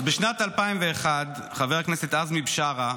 אז בשנת 2001 חבר הכנסת עזמי בשארה,